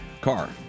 car